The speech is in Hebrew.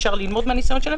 אפשר ללמוד מהניסיון שלהם,